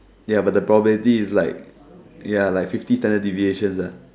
ya but the probability is like ya like fifty standard deviation